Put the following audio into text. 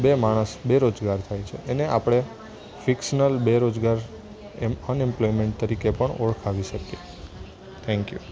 બે માણસ બેરોજગાર થાય છે એને આપણે ફિક્સનલ બેરોજગાર એમ અનએમ્પ્લોયમેન્ટ તરીકે પણ ઓળખાવી શકીએ થેન્ક યુ